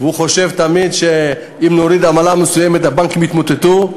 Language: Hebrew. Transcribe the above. חושב תמיד שאם נוריד עמלה מסוימת הבנקים יתמוטטו,